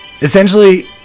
Essentially